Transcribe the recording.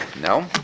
No